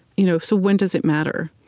you know so when does it matter?